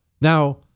Now